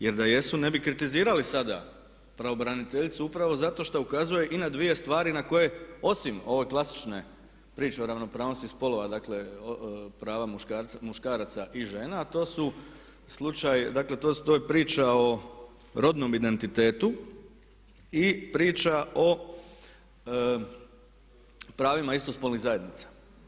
Jer da jesu ne bi kritizirali sada pravobraniteljicu upravo zato što ukazuje i na dvije stvari na koje osim ove klasične priče o ravnopravnosti spolova, dakle prava muškaraca i žena, a to su slučaj, dakle to je priča o rodnom identitetu i priča o pravima istospolnih zajednica.